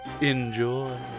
Enjoy